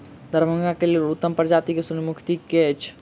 दरभंगा केँ लेल उत्तम प्रजाति केँ सूर्यमुखी केँ अछि?